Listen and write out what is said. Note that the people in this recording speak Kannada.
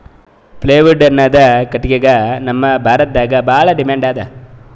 ಪ್ಲೇವುಡ್ ಅನ್ನದ್ ಕಟ್ಟಗಿಗ್ ನಮ್ ಭಾರತದಾಗ್ ಭಾಳ್ ಡಿಮ್ಯಾಂಡ್ ಅದಾ